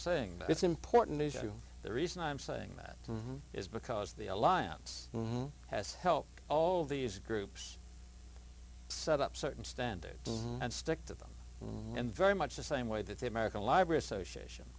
saying it's important to the reason i'm saying that is because the alliance has helped all these groups set up certain standards and stick to them in very much the same way that the american library association